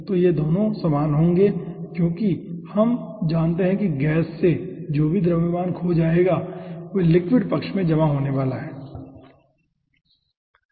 तो यह दोनों समान होंगे क्योंकि हम जानते हैं कि गैस से जो भी द्रव्यमान खो जाएगा वो लिक्विड पक्ष में जमा होने वाला है ठीक है